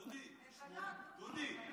דודי, דודי,